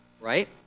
right